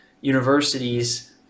universities